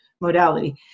modality